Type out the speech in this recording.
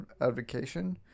advocation